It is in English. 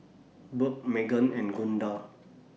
Burke Meggan and Gunda